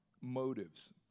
motives